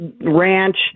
ranch